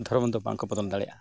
ᱫᱷᱚᱨᱚᱢ ᱫᱚ ᱵᱟᱝ ᱠᱚ ᱵᱚᱫᱚᱞ ᱫᱟᱲᱮᱭᱟᱜᱼᱟ